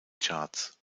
charts